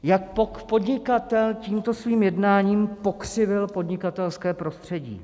Jak podnikatel tímto svým jednáním pokřivil podnikatelské prostředí?